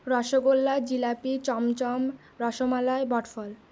রসগোল্লা জিলাপি চমচম রসমালাই বটফল